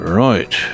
right